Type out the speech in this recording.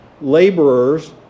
laborers